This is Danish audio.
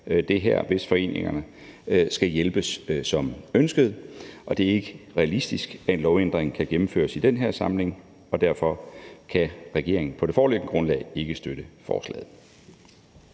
lovændring, hvis foreningerne skal hjælpes som ønsket, og det er ikke realistisk, at en lovændring kan gennemføres i den her samling, og derfor kan regeringen på det foreliggende grundlag ikke støtte forslaget.